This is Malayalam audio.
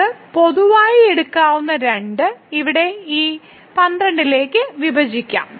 നമുക്ക് പൊതുവായി എടുക്കാവുന്ന 2 ഇവിടെ ഈ 12 ലേക്ക് വിഭജിക്കാം